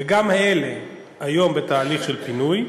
וגם אלה היום בתהליך של פינוי.